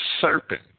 serpent